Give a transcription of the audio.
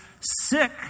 sick